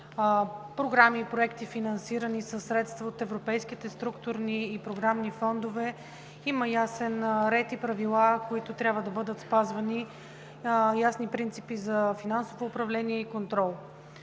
програми и проекти, финансирани със средства от европейските структурни и програмни фондове, има ясен ред и правила, които трябва да бъдат спазвани, ясни принципи за финансово управление и контрол.